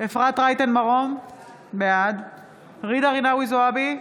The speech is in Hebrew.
אפרת רייטן מרום, בעד ג'ידא רינאוי זועבי,